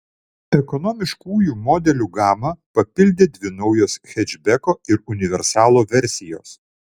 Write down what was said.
ekonomiškųjų modelių gamą papildė dvi naujos hečbeko ir universalo versijos